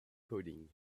coding